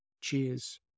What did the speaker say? Cheers